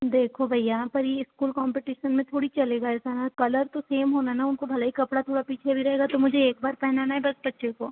देखो भैया पर यह स्कूल कॉम्पिटिशन में थोड़ी चलेगा ऐसा हाँ कलर तो सेम होना ना उनको भले ही कपड़ा थोड़ा पीछे भी रहेगा तो मुझे एक बार पहनाना हैं बस बच्चे को